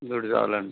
ఇది ఒకటి చాలండి